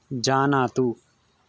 जानातु